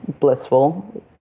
blissful